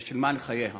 והיא שילמה בחייה.